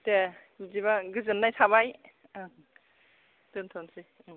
दे बिदिबा गोजोननाय थाबाय दोनथ'नोसै